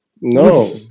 No